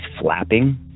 flapping